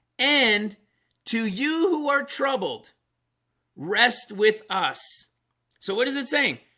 and to you who are troubled rest with us so what is it saying?